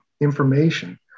information